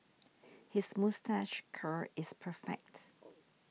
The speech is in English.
his moustache curl is perfect